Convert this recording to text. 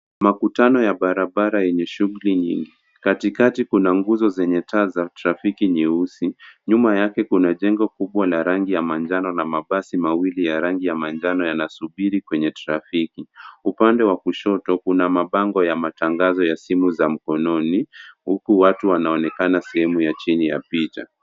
Makutano ya barabara yenye shughli nyingi. Katikati kuna nguzo zenye taa za trafiki nyeusi. Nyuma yake kuna jengo kubwa la rangi ya manjano na mabasi mawili ya rangi ya manjano yanasubiri kwenye trafiki. Upande wa kushoto kuna mabango ya matangazo ya simu za mkononi, huku watu wanaonekana sehemu ya chini ya picha.